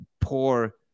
poor